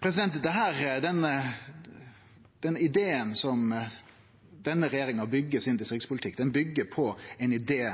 Det som denne regjeringa byggjer sin distriktspolitikk på, byggjer på ein idé